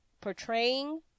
portraying